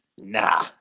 Nah